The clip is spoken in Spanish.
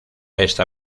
esta